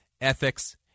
ethics